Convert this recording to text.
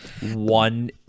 One